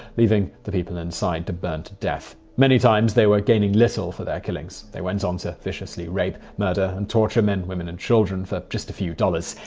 leaving the people inside to burn to death. many times, they were gaining little for their killings. they went on to viciously rape, murder, and torture men, women, and children for just a few dollars.